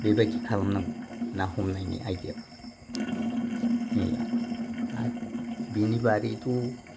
बेबायदि खालामनांगौ ना हमनायनि आयदियाया मैरला आरो बिनि बारैथ'